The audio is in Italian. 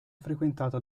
frequentato